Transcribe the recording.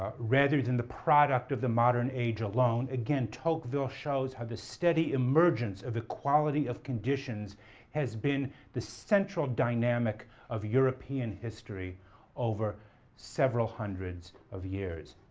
ah rather than the product of the modern age alone, again, tocqueville shows how the steady emergence of equality of conditions has been the central dynamic of european history over several hundreds of years.